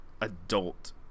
adult